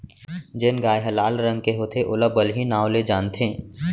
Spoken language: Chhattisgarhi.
जेन गाय ह लाल रंग के होथे ओला बलही नांव ले जानथें